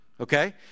Okay